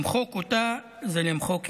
למחוק אותה זה למחוק ילדים,